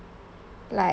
like